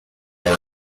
are